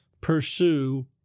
Pursue